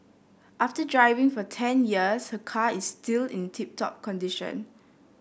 after driving for ten years her car is still in tip top condition